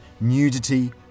nudity